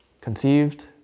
conceived